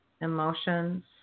emotions